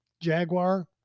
Jaguar